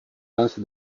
lance